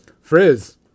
Frizz